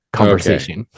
conversation